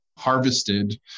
harvested